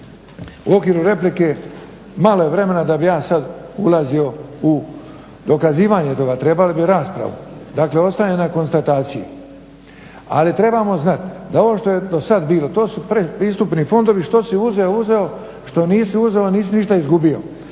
u okviru replike malo je vremena da bi ja sada ulazio u dokazivanje toga. Trebali bi raspravi, dakle ostaje na konstataciji. Ali trebamo znati da ovo što je do sada bilo to su predpristupni fondovi, što si uzeo uzeo, što nisi uzeo nisi ništa izgubio.